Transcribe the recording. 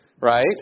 right